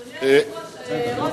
אדוני היושב-ראש,